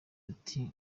ati